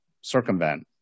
circumvent